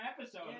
episode